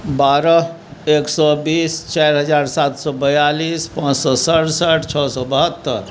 बारह एक सए बीस चारि हजार सात सए बियालीस पाँच सए सरसठि छओ सए बहत्तरि